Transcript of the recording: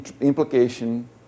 implication